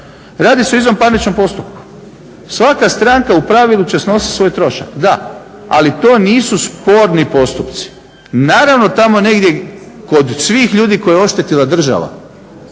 Radi se o izvanparničnom postupku. Svaka stranka u pravilu će snositi svoj trošak. Da, ali to nisu sporni postupci. Naravno tamo negdje kod svih ljudi koje je oštetila država,